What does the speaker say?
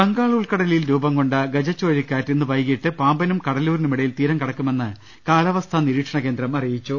ബംഗാൾ ഉൾക്കടലിൽ രൂപം കൊണ്ട ഗജ ചുഴലിക്കാറ്റ് ഇന്ന് വൈകീട്ട് പാമ്പനും കടലൂരിനുമിടയിൽ തീരം കടക്കുമെന്ന് കാലാ വസ്ഥാ നിരീക്ഷണകേന്ദ്രം അറിയിച്ചു